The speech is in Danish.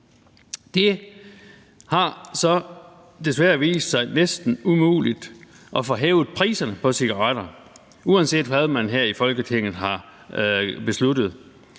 Det har så desværre vist sig næsten umuligt at få hævet priserne på cigaretter, uanset hvad man her i Folketinget har besluttet,